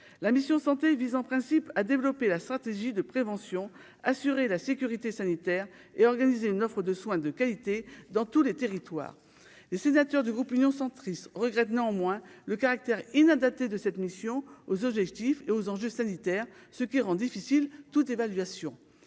la mission Santé vise en principe à développer la stratégie de prévention, assurer la sécurité sanitaire et organiser une offre de soins de qualité dans tous les territoires et sénateurs du groupe Union centriste regrette néanmoins le caractère inadapté de cette mission aux objectifs et aux enjeux sanitaires, ce qui rend difficile toute évaluation